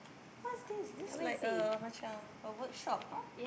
what is this this like a macam a workshop hor